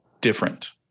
different